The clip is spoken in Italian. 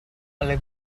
alle